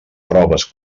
proves